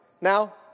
Now